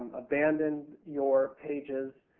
abandoned your pages,